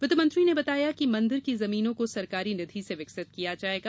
वित्त मंत्री ने बताया कि मंदिर की जमीनों को सरकारी निधि से विकसित किया जायेगा